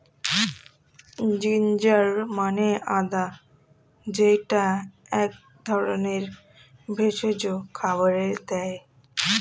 ginger মানে আদা যেইটা এক ধরনের ভেষজ খাবারে দেয়